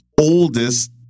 oldest